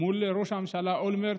מול ראש הממשלה אולמרט,